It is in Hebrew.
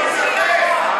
את רוצה?